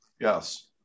yes